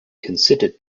considered